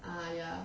ah ya